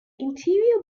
interior